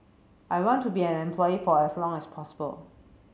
I want to be an employee for as long as possible